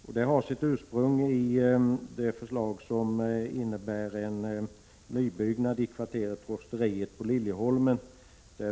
Detta har sitt ursprung i det förslag som innebär en nybyggnad i kvarteret Rosteriet på Liljeholmen.